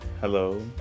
Hello